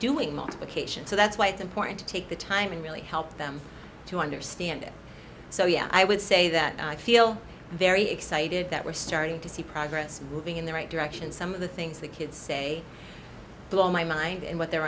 doing multiplication so that's why it's important to take the time and really help them to understand it so yeah i would say that i feel very excited that we're starting to see progress being in the right direction some of the things the kids say blow my mind and what they're